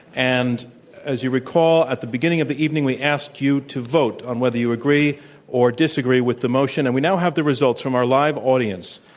and as you recall, at the beginning of the evening we asked you to vote on whether you agree or disagree with the motion. and we now have the results from our live audience.